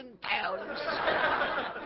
pounds